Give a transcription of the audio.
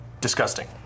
Disgusting